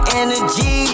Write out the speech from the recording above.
energy